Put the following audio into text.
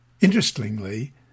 Interestingly